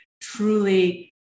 truly